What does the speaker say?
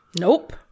Nope